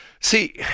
See